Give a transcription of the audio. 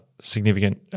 significant